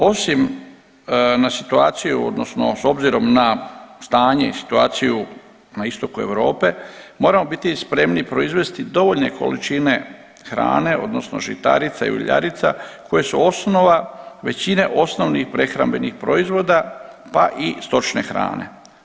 Osim na situaciju odnosno s obzirom na stanje i situaciju na istoku Europe moramo biti spremni proizvesti dovoljne količine hrane odnosno žitarica i uljarica koje su osnova većine osnovnih prehrambenih proizvoda, pa i stočne hrane.